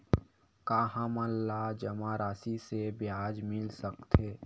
का हमन ला जमा राशि से ब्याज मिल सकथे?